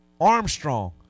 Armstrong